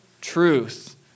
truth